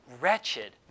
wretched